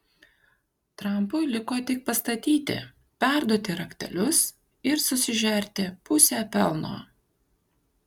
trampui liko tik pastatyti perduoti raktelius ir susižerti pusę pelno